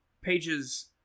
pages